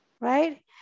right